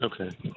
Okay